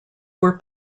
were